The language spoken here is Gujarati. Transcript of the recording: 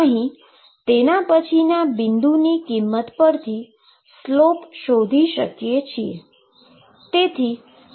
અહી તેના પછીના બિંદુની કિંમત પરથી સ્લોપ શોધી શકીએ છીએ